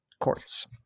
courts